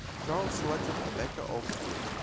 charlotte selected emeka okafor.